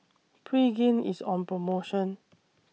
Pregain IS on promotion